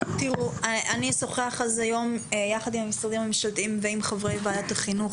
אני אשוחח על זה יחד עם המשרדים הממשלתיים ועם חברי ועדת החינוך,